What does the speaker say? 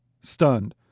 stunned